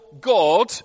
God